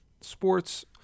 sports